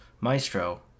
Maestro